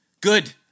good